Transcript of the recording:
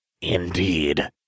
Indeed